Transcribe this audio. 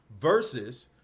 versus